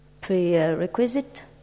prerequisite